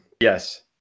Yes